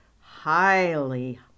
highly